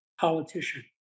politician